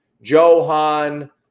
Johan